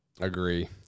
Agree